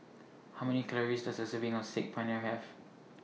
How Many Calories Does A Serving of Saag Paneer Have